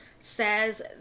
says